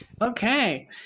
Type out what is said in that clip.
Okay